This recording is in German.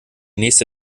nächste